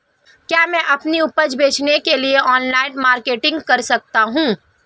क्या मैं अपनी उपज बेचने के लिए ऑनलाइन मार्केटिंग कर सकता हूँ?